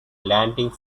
landing